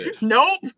Nope